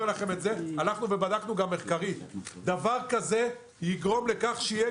הלכנו ובדקנו גם מחקרית - דבר כזה יגרום לכך שיהיה